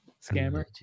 Scammer